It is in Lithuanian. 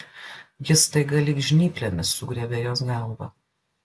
jis staiga lyg žnyplėmis sugriebė jos galvą